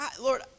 Lord